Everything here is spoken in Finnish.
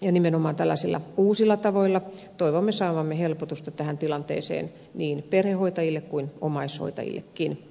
ja nimenomaan tällaisilla uusilla tavoilla toivomme saavamme helpotusta tähän tilanteeseen niin perhehoitajille kuin omais hoitajillekin